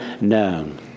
known